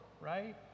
right